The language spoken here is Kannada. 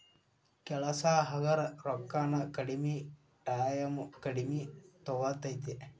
ಕೆಲಸಾ ಹಗರ ರೊಕ್ಕಾನು ಕಡಮಿ ಟಾಯಮು ಕಡಮಿ ತುಗೊತತಿ